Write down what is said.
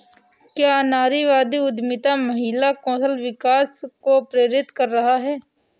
क्या नारीवादी उद्यमिता महिला कौशल विकास को प्रेरित कर रहा है?